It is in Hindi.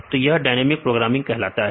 तो यह डायनेमिक प्रोग्रामिंग कहलाता है